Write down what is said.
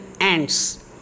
ants